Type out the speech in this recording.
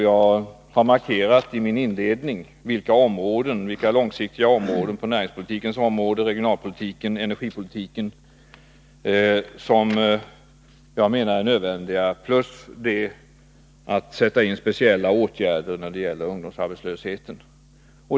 Jag har i min inledning markerat vilka långsiktiga åtgärder på näringspolitikens, regionalpolitikens och arbetsmarknadspolitikens områden som jag menar är nödvändiga plus att det måste sättas in speciella åtgärder när det gäller ungdomsarbetslösheten.